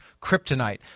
kryptonite